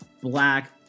Black